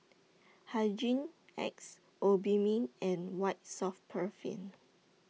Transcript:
Hygin X Obimin and White Soft Paraffin